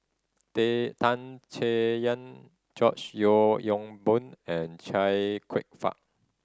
Tan Chay Yan George Yeo Yong Boon and Chia Kwek Fah